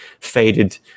faded